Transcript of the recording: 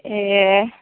ऐ